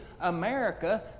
America